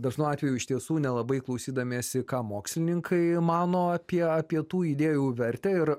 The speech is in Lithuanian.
dažnu atveju iš tiesų nelabai klausydamiesi ką mokslininkai mano apie apie tų idėjų vertę ir